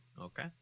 Okay